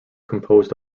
composed